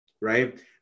Right